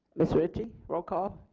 ms. ritchie roll call.